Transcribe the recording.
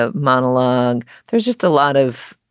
ah monologue. there's just a lot of